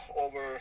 over